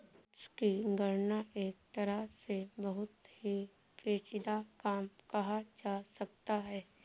tax की गणना एक तरह से बहुत ही पेचीदा काम कहा जा सकता है